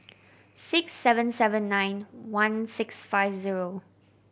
six seven seven nine one six five zero